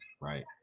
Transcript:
Right